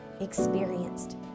experienced